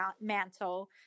mantle